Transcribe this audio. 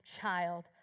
child